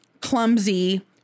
clumsy